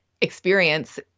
experience